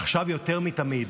עכשיו יותר מתמיד